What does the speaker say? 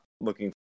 looking